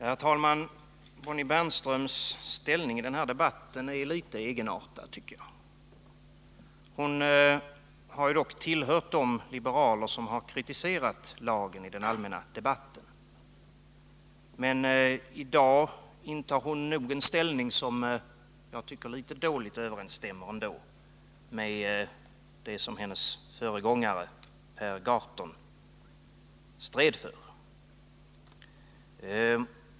Herr talman! Bonnie Bernströms ställning i den här debatten är litet egenartad, tycker jag. Hon har ju dock tillhört de liberaler som kritiserat lagen i den allmänna debatten. Men i dag intar hon en ställning som jag tycker litet dåligt överensstämmer med vad hennes föregångare Per Gahrton stred för.